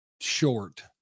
short